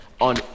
on